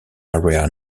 area